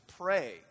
pray